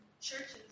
churches